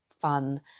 fun